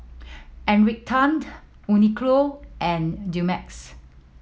Encik Tan Uniqlo and Dumex